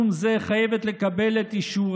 גם הגיל